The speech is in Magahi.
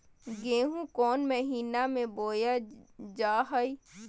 गेहूँ कौन महीना में बोया जा हाय?